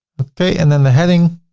okay, and then the heading,